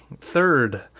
Third